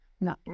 No